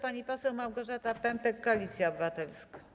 Pani poseł Małgorzata Pępek, Koalicja Obywatelska.